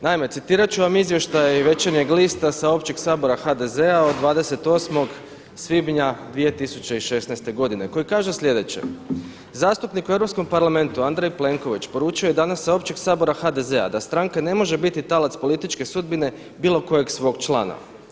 Naime, citirat ću vam izvještaj Večernjeg lista sa Općeg sabora HDZ-a od 28. svibnja 2016. godine koji kaže sljedeće: „Zastupnik u Europskom parlamentu Andrej Plenković poručio je danas sa općeg sabora HDZ-a da stranka ne može biti talac političke sudbine bilo kojeg svog člana.